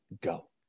go